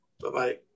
Bye-bye